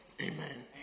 Amen